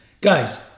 Guys